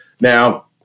Now